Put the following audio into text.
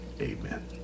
Amen